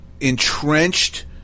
entrenched